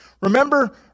Remember